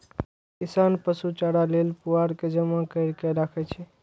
किसान पशु चारा लेल पुआर के जमा कैर के राखै छै